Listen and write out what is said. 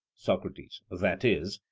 socrates that is,